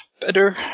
better